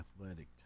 athletic